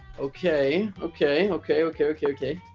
okay okay okay okay okay okay